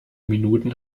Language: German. minuten